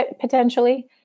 potentially